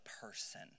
person